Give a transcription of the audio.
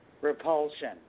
Repulsion